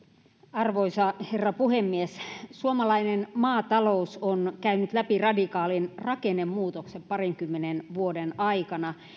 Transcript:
arvoisa herra puhemies suomalainen maatalous on käynyt läpi radikaalin rakennemuutoksen parinkymmenen vuoden aikana